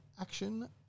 action